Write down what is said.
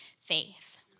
faith